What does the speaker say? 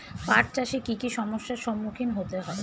পাঠ চাষে কী কী সমস্যার সম্মুখীন হতে হয়?